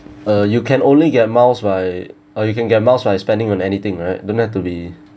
uh you can only get miles by or you can get miles by spending on anything right don't have to be